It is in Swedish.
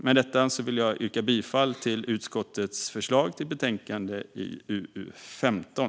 Med detta vill jag yrka bifall till utskottets förslag i betänkande UU15.